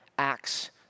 Acts